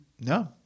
no